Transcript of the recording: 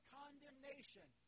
condemnation